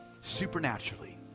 supernaturally